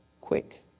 quick